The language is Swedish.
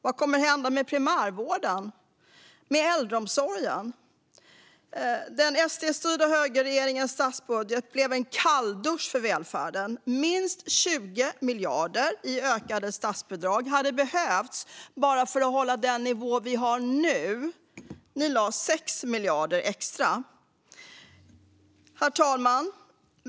Vad kommer att hända med primärvården? Med äldreomsorgen? Den SD-styrda högerregeringens statsbudget blev en kalldusch för välfärden. Minst 20 miljarder i ökade statsbidrag hade behövts bara för att hålla den nivå vi har nu. Ni lade 6 miljarder extra. Herr talman!